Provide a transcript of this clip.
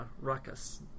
ruckus